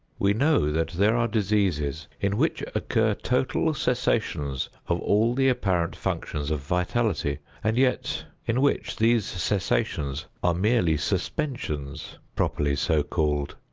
we know that there are diseases in which occur total cessations of all the apparent functions of vitality, and yet in which these cessations are merely suspensions, properly so called.